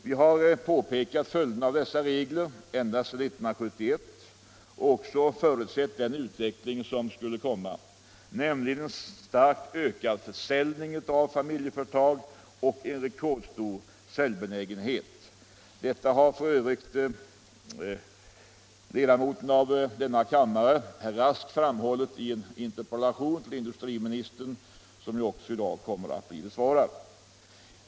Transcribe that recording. Vi har påpekat följderna av dessa regler ända sedan 1971 och också förutsett den utveckling som skulle komma, nämligen en starkt ökad försäljning av familjeföretag och en rekordstor säljbenägenhet. Detta har f. ö. ledamoten av denna kammare herr Rask framhållit i en interpellation till industriministern, en interpellation som också kommer att bli besvarad i dag.